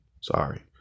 Sorry